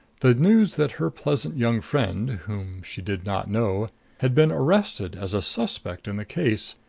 the news that her pleasant young friend whom she did not know had been arrested as a suspect in the case,